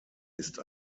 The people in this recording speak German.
ist